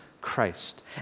Christ